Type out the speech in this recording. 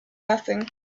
nothing